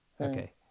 Okay